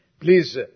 Please